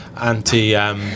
anti